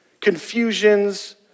confusions